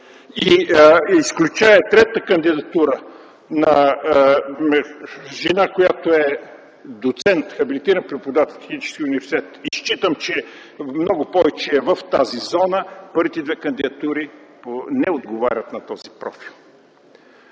Изключвам третата кандидатура на жена, която е доцент, хабилитиран преподавател в Техническия университет, и считам, че тя е много повече в тази зона. Първите две кандидатури не отговарят на този профил.